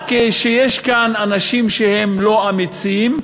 רק שיש כאן אנשים שהם לא אמיצים,